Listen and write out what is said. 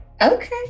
Okay